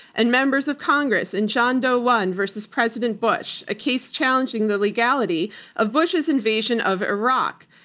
and members of congress and john doe one versus president bush, a case challenging the legality of bush's invasion of iraq.